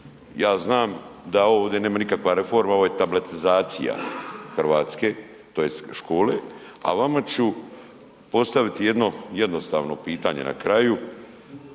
ja znam da ovo ovdje nema nikakva reforma, ovo je tabletizacija RH tj. škole, a vama ću postaviti jedno jednostavno pitanje na kraju